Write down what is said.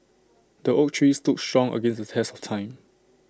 the oak tree stood strong against the test of time